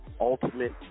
ultimate